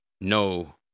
no